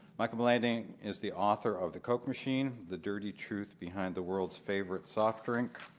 michael blanding is the author of the coke machine the dirty truth behind the world's favorite soft drink,